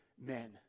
men